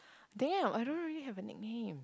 damn I don't really have a nickname